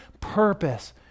purpose